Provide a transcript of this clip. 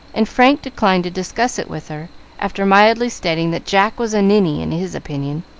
and frank declined to discuss it with her after mildly stating that jack was a ninny, in his opinion.